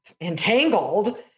entangled